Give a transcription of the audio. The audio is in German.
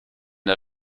der